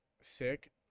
sick